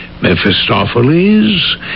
Mephistopheles